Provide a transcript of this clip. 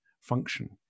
function